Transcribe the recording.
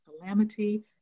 calamity